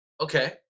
Okay